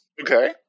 Okay